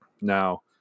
Now